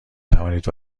توانید